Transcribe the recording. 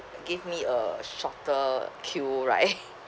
give me a shorter queue right